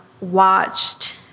watched